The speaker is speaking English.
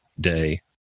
Day